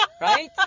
Right